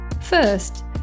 First